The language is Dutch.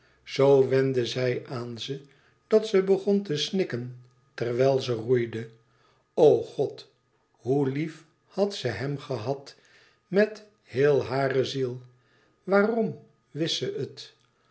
wende zij aan ze dat ze begon te snikken terwijl ze roeide o god hoe lief had ze hem gehad met heel hare ziel waarm wist ze het